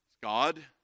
God